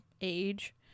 age